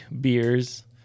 beers